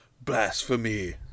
Blasphemy